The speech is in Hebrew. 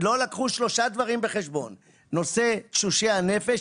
לא לקחו 3 דברים בחשבון, נושא תשושי הנפש.